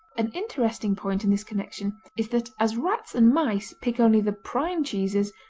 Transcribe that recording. an interesting point in this connection is that as rats and mice pick only the prime cheeses,